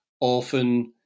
often